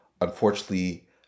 unfortunately